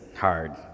hard